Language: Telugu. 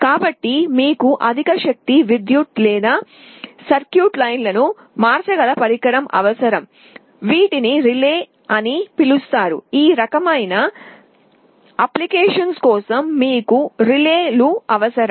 కాబట్టి మీకు అధిక శక్తి విద్యుత్ లేదా సర్క్యూట్ లైన్లను మార్చగల పరికరం అవసరం వీటిని రిలే అని పిలుస్తారు ఆ రకమైన అనువర్తనాల కోసం మీకు రిలేలు అవసరం